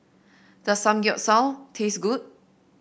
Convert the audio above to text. does Samgeyopsal taste good